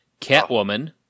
Catwoman